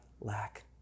lack